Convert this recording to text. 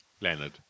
Leonard